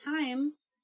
times